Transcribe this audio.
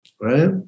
right